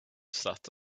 sat